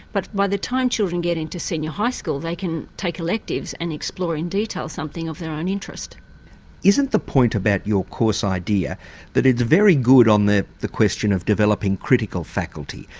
but by the time children get into senior high school they can take electives and explore in detail something of their own interest isn't the point about your course idea that it's very good on the the question of developing critical faculty,